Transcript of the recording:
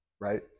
Right